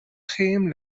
chéim